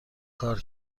کار